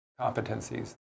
competencies